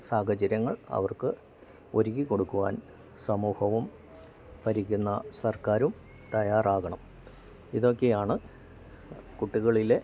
സാഹചര്യങ്ങൾ അവർക്ക് ഒരുക്കി കൊടുക്കുവാൻ സമൂഹവും ഭരിക്കുന്ന സർക്കാരും തയ്യാറാകണം ഇതൊക്കെയാണ് കുട്ടികളിലെ